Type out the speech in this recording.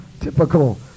typical